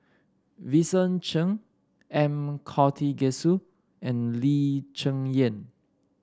Vincent Cheng M Karthigesu and Lee Cheng Yan